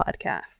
podcast